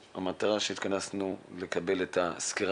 המטרה לשמה התכנסנו היא כדי לקבל מכן סקירה,